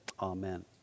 amen